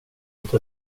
inte